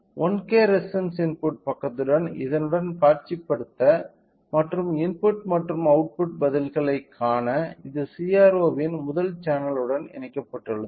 1K resistance input பக்கத்துடன் இதனுடன் காட்சிப்படுத்த மற்றும் இன்புட் மற்றும் அவுட்புட் பதில்களைக் காண இது CRO இன் முதல் சேனலுடன் இணைக்கப்பட்டுள்ளது